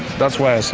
that's why